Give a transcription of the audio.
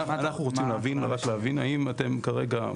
אנחנו רוצים להבין האם אתם כרגע,